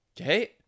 Okay